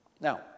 Now